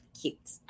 cute